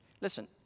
Listen